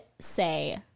say